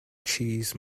cheese